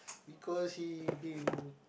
because he been